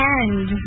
end